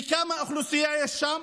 וכמה אוכלוסייה יש שם?